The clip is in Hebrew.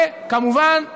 וכמובן,